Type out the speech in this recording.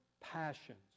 passions